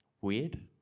weird